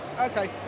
Okay